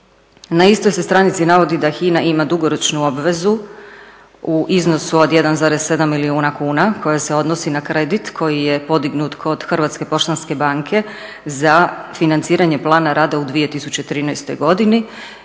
Na istoj se stranici navodi da HINA ima dugoročnu obvezu u iznosu od 1,7 milijuna kuna koja se odnosi na kredit koji je podignut kod HPB-a za financiranje plana rada u 2013. godini